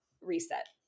reset